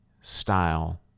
style